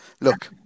look